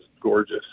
gorgeous